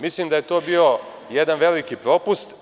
Mislim da je to bio veliki propust.